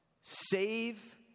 save